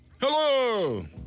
Hello